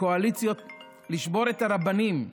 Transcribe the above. לשבור את הרבנים,